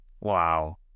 Wow